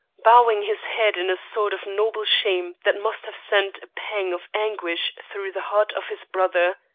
bowing his head in a sort of noble shame that must have sent a pang of anguish through the heart of his brother.